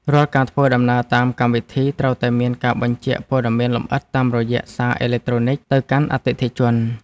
រាល់ការធ្វើដំណើរតាមកម្មវិធីត្រូវតែមានការបញ្ជាក់ព័ត៌មានលម្អិតតាមរយៈសារអេឡិចត្រូនិកទៅកាន់អតិថិជន។